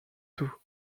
tout